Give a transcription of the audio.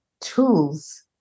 tools